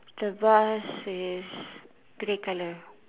the vase is grey colour